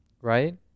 right